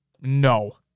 No